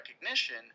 recognition